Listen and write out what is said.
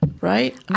Right